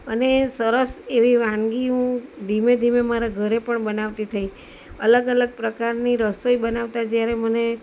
અને એ સરસ એવી વાનગી હું ધીમે ધીમે મારા ઘરે પણ બનાવતી થઈ અલગ અલગ પ્રકારની રસોઈ બનાવતા જ્યારે મને